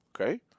Okay